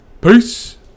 Peace